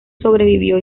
sobrevivió